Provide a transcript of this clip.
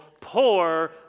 poor